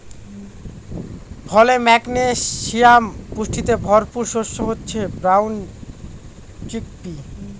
ফলে, ম্যাগনেসিয়াম পুষ্টিতে ভরপুর শস্য হচ্ছে ব্রাউন চিকপি